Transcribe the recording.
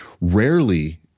rarely